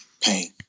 pain